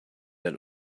that